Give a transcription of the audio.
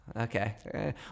okay